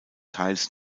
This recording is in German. teils